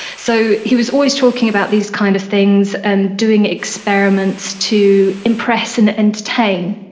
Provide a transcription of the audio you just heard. so he was always talking about these kind of things and doing experiments to impress and entertain.